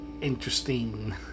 Interesting